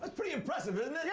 pretty impressive, isn't